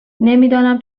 نمیدانم